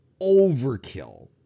overkill